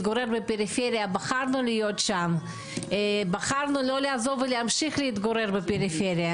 כך שהיא תעבור דרך באר שבע ולא ננוון את המטרופולין החשוב.